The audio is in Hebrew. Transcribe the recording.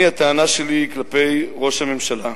אני, הטענה שלי היא כלפי ראש הממשלה,